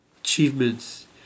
achievements